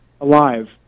alive